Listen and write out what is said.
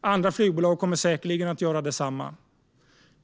Andra flygbolag kommer säkerligen att göra detsamma.